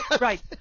Right